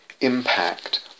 impact